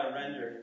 render